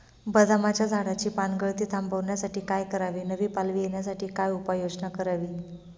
बदामाच्या झाडाची पानगळती थांबवण्यासाठी काय करावे? नवी पालवी येण्यासाठी काय उपाययोजना करावी?